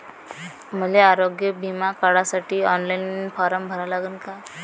मले आरोग्य बिमा काढासाठी ऑनलाईन फारम भरा लागन का?